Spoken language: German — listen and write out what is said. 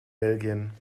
belgien